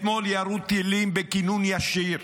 אתמול ירו טילים בכינון ישיר.